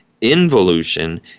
involution